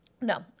No